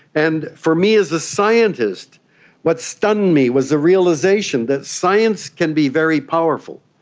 and for me as a scientist what stunned me was the realisation that science can be very powerful,